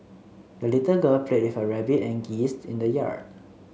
the little girl played with her rabbit and geese in the yard